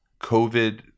covid